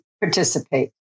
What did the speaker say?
participate